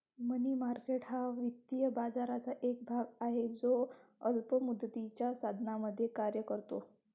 मनी market हा वित्तीय बाजाराचा एक भाग आहे जो अल्प मुदतीच्या साधनांमध्ये कार्य करतो